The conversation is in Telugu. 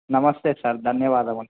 నమస్తే సార్ ధన్యవాదముం